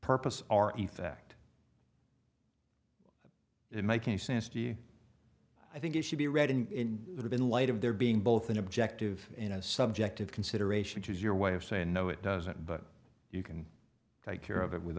purpose are effect it make a sense to you i think it should be read in the in light of there being both an objective in a subjective considerations as your way of saying no it doesn't but you can take care of it with